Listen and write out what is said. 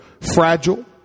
fragile